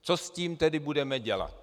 Co s tím tedy budeme dělat?